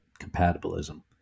compatibilism